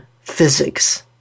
physics